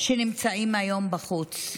שיש היום בחוץ.